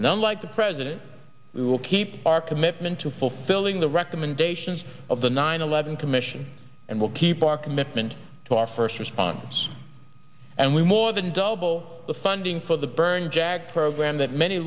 unlike the president we will keep our commitment to fulfilling the recommendations of the nine eleven commission and will keep our commitment to our first responders and we more than double the funding for the byrne jag program that many